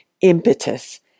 impetus